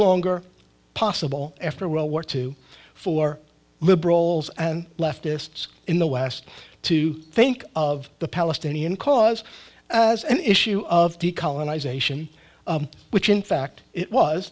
longer possible after world war two for liberals and leftists in the west to think of the palestinian cause as an issue of decolonization which in fact it was